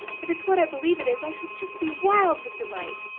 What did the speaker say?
if it is what i believe it is i shall just be wild with delight.